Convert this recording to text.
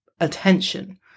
attention